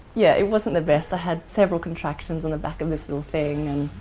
yeah it wasn't the best. i had several contractions in the back of this little thing.